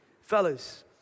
Fellas